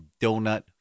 donut